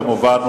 כמובן,